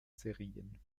serien